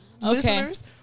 Listeners